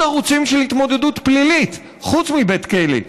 ערוצים של התמודדות פלילית חוץ מבית כלא,